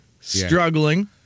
struggling